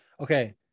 okay